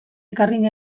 ekarri